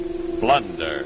Blunder